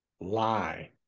lie